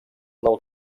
del